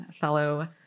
fellow